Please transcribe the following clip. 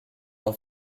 leur